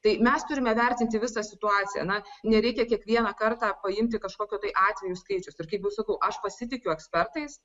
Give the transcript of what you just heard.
tai mes turime vertinti visą situaciją na nereikia kiekvieną kartą paimti kažkokio tai atvejų skaičiaus kaip jau sakau aš pasitikiu ekspertais